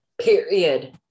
period